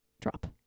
Drop